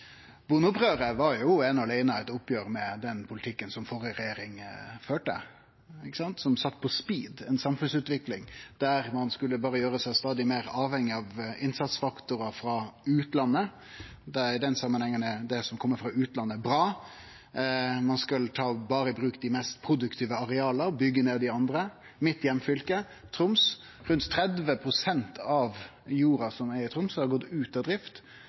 var jo eine og aleine eit oppgjer med den politikken som den førre regjeringa førte, og som sette på speed ei samfunnsutvikling der ein berre skulle gjere seg stadig meir avhengig av innsatsfaktorar frå utlandet, i den samanhengen var det som kom frå utlandet, bra, ein skulle berre ta i bruk dei mest produktive areala og byggja ned dei andre. Rundt 30 pst. av jorda i heimfylket mitt, Troms, har gått ut av drift